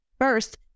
first